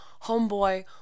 homeboy